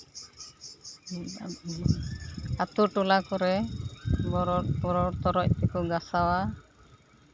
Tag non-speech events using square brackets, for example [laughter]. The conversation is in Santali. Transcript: ᱟᱹᱛᱩ ᱴᱚᱞᱟ ᱠᱚᱨᱮ ᱵᱚᱨᱚᱲ [unintelligible] ᱛᱚᱨᱚᱡ ᱛᱮᱠᱚ ᱜᱟᱥᱟᱣᱟ